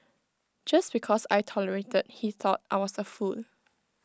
just because I tolerated he thought I was A fool